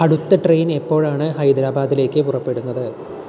അടുത്ത ട്രെയിൻ എപ്പോഴാണ് ഹൈദരാബാദിലേക്ക് പുറപ്പെടുന്നത്